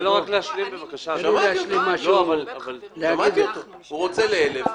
הוא רוצה להעלות ל-1,000.